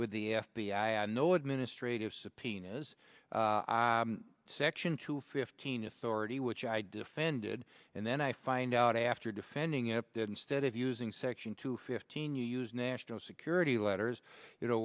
with the f b i i know administrative subpoenas section two fifteen authority which i defended and then i find out after defending it that instead of using section two fifteen you use national security letters you know